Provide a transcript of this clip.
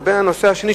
לבין הנושא השני,